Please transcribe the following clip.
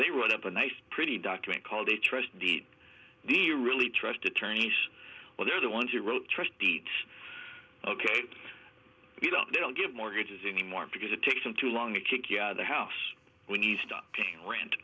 they write up a nice pretty document called a trust deed the really trust attorneys well they're the ones who wrote trust deeds ok you don't they don't give mortgages anymore because it takes them too long to kick you out of the house when you stop paying rent